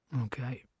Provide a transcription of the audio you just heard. Okay